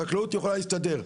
חקלאות יכולה להסתדר.